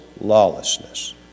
lawlessness